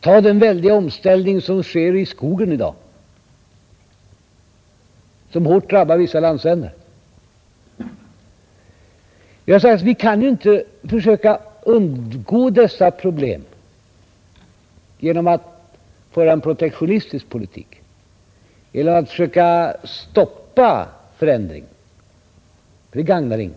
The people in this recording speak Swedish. Tag den väldiga omställning som sker i skogen idagoch som hårt drabbar vissa landsändar! Vi har sagt oss att vi kan inte försöka Ang. erfarenheterna undgå dessa problem genom att föra en protektionistisk politik, genom av försöken att vidga att försöka hejda förändringen — det gagnar ingen.